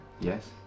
Yes